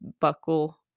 buckle